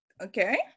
okay